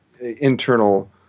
internal